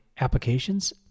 applications